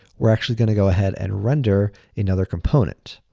we're actually gonna go ahead and render another component.